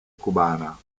cubana